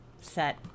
set